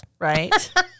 Right